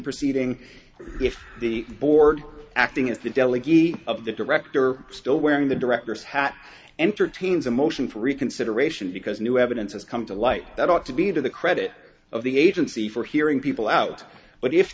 proceeding if the board acting as the delegate of the director still wearing the director's hat entertains a motion for reconsideration because new evidence has come to light that ought to be to the credit of the agency for hearing people out but if